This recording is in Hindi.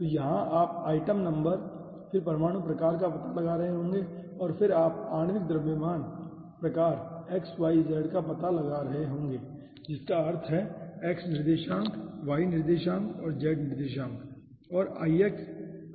तो यहाँ आप आइटम नंबर फिर परमाणु प्रकार का पता लगा रहे होंगे और फिर आप आणविक द्रव्यमान प्रकार x y z का पता लगा रहे होंगे जिसका अर्थ है x निर्देशांक y निर्देशांक और z निर्देशांक और ix iy और iz